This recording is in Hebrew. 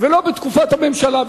ולא בתקופת הממשלה.